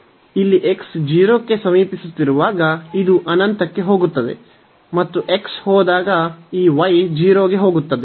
ಇಲ್ಲಿ x 0 ಕ್ಕೆ ಸಮೀಪಿಸುತ್ತಿರುವಾಗ ಇದು ಅನಂತಕ್ಕೆ ಹೋಗುತ್ತದೆ ಮತ್ತು x ಹೋದಾಗ ಈ y 0 ಗೆ ಹೋಗುತ್ತದೆ